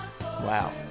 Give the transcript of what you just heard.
Wow